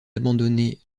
abandonnée